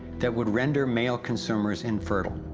that would render male consumers infertile.